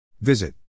Visit